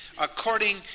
according